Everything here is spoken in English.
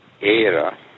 era